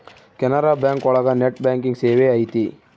Canara bank ಒಳಗ net banking ಸೇವೆ ಐತಿ